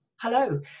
Hello